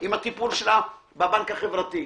עם הטיפול שלהם בבנק החברתי.